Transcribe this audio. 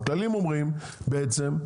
הכללים אומרים בעצם,